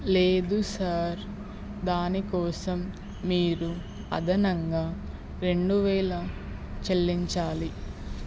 లేదు సార్ దాని కోసం మీరు అదనంగా రెండు వేలు చెల్లించాలి